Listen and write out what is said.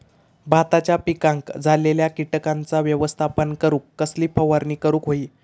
भाताच्या पिकांक झालेल्या किटकांचा व्यवस्थापन करूक कसली फवारणी करूक होई?